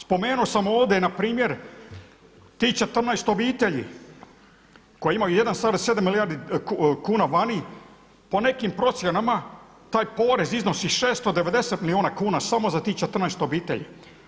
Spomenuo sam ovdje npr. tih 14 obitelji koji imaju 1,7 milijardi kuna vani, po nekim procjenama taj porez iznosi 690 milijuna kuna samo za tih 14 obitelji.